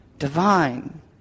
divine